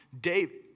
David